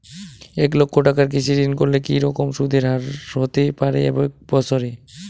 এক লক্ষ টাকার কৃষি ঋণ করলে কি রকম সুদের হারহতে পারে এক বৎসরে?